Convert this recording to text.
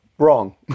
wrong